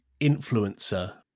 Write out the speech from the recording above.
influencer